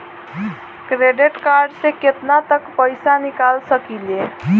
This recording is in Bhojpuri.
क्रेडिट कार्ड से केतना तक पइसा निकाल सकिले?